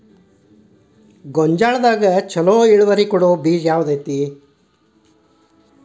ಗೊಂಜಾಳದಾಗ ಛಲೋ ಇಳುವರಿ ಕೊಡೊ ಬೇಜ ಯಾವ್ದ್ ಐತಿ?